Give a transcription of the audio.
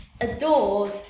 adored